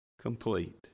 complete